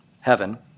heaven